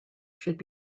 should